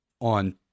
on